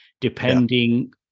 depending